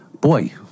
boy